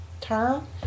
term